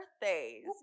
birthdays